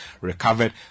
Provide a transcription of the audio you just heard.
recovered